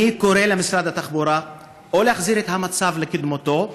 אני קורא למשרד התחבורה או להחזיר את המצב לקדמותו,